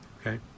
okay